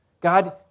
God